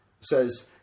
says